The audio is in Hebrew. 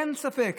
אין ספק.